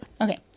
Okay